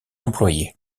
employés